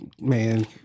man